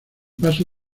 paso